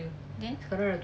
then